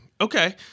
Okay